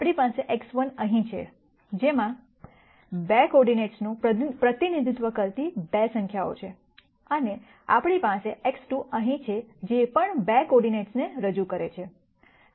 આપણી પાસે x1 અહીંછે જેમાં 2 કોઓર્ડિનેટ્સનું પ્રતિનિધિત્વ કરતી 2 સંખ્યાઓ છે અને આપણી પાસે x2 અહીં છે જે પણ 2 કોઓર્ડિનેટ્સને રજૂ કરે છે